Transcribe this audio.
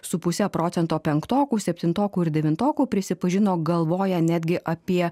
su puse procento penktokų septintokų ir devintokų prisipažino galvoja netgi apie